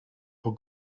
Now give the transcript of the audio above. how